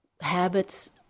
Habits